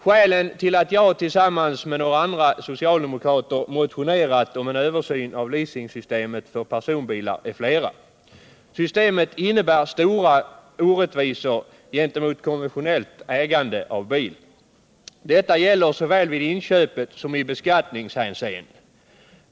Skälen till att jag tillsammans med några andra socialdemokrater har motionerat om en översyn av leasingsystemet för personbilar är flera. Systemet innebär stora orättvisor gentemot konventionellt ägande av bil. Detta gäller såväl vid inköpet som i beskattningshänseende.